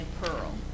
pearl